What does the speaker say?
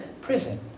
Prison